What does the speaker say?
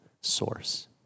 source